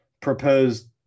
proposed